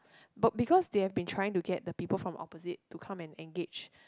but because they have been trying to get the people from opposite to come and engage